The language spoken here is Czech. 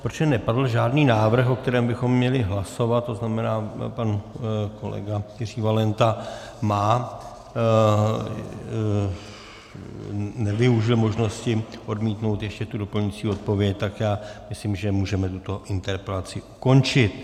Protože nepadl žádný návrh, o kterém bychom měli hlasovat, to znamená, pan kolega Jiří Valenta nevyužil možnosti odmítnout ještě tu doplňující odpověď, tak já myslím, že můžeme tuto interpelaci ukončit.